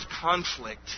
conflict